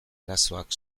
arazoak